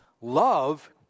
Love